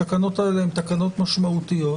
התקנות האלה הן תקנות משמעותיות.